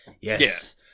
Yes